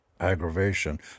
Aggravation